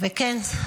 וכן,